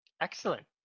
Excellent